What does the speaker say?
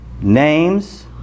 names